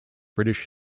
british